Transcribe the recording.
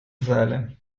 зале